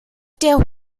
der